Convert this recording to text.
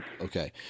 Okay